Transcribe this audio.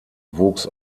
wuchs